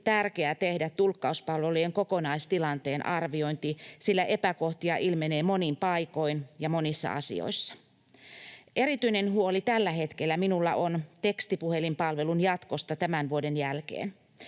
tärkeää tehdä tulkkauspalvelujen kokonaistilanteen arviointi, sillä epäkohtia ilmenee monin paikoin ja monissa asioissa. Erityinen huoli tällä hetkellä minulla on tekstipuhelinpalvelun jatkosta tämän vuoden jälkeen.